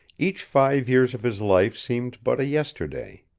each five years of his life seemed but a yesterday.